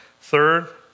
Third